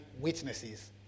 witnesses